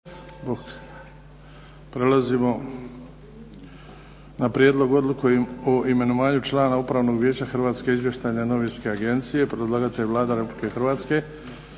(HDZ)** 30. Prijedlog odluke o imenovanju člana Upravnog vijeća Hrvatske izvještajne novinske agencije. Predlagatelj Vlada Republike Hrvatske.